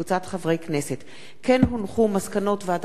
מסקנות ועדת החינוך, התרבות והספורט